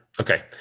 okay